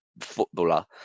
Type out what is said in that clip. Footballer